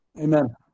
Amen